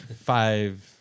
Five